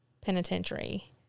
Penitentiary